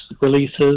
releases